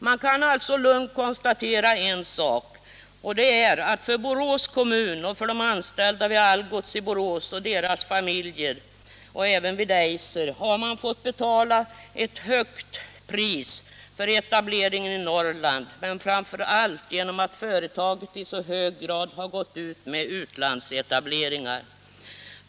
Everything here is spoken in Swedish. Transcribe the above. Man kan alltså lugnt konstatera att Borås kommun och de anställda vid Algots — och även vid Eiser — i Borås och deras familjer har fått betala ett högt pris för etableringen i Norrland men framför allt för att företaget i så hög grad gått ut med utlandsetableringar.